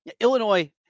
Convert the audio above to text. Illinois